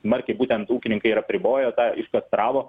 smarkiai būtent ūkininkai ir apribojo tą iškastravo